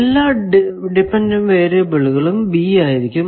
എല്ലാ ഡിപെൻഡന്റ് വേരിയബിളും ആയിരിക്കും